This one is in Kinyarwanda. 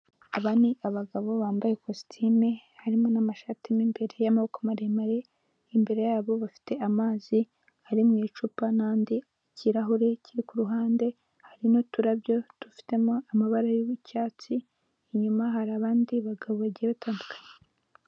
Aba ni abagabo bambaye kositimu harimo n'amashati mu imbere y'amaboko maremare, imbere yabo bafite amazi ari mu icupa n'andi mu kirahure kiri kuhande hari n'uturabyo dufitemo amabara y'icyatsi, inyuma hari abandi bagabo bagiye batandukanye.